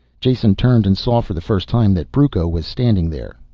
jason turned and saw for the first time that brucco was standing there.